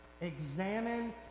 Examine